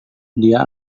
dia